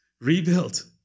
Rebuilt